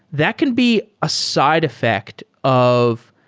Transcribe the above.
that can be a side effect of